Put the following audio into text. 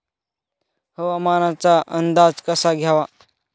हवामानाचा अंदाज कसा घ्यावा?